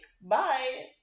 bye